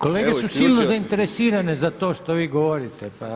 Kolege su silno zainteresirane za to što vi govorite.